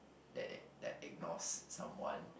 that ig~ that ignores someone